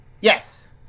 Yes